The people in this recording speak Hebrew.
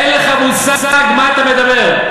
אין לך מושג מה אתה מדבר.